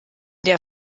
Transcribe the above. der